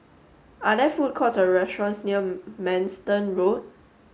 are there food courts or restaurants near Manston Road